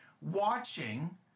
watching